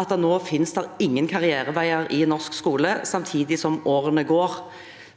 at det nå ikke finnes noen karriereveier i norsk skole, samtidig som årene går.